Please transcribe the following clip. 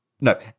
no